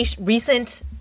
recent